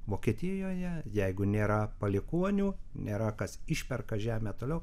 vokietijoje jeigu nėra palikuonių nėra kas išperka žemę toliau